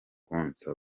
konsa